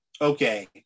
okay